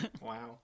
Wow